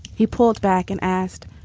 he pulled back and asked,